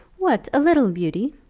what a little beauty?